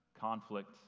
conflict